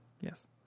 Yes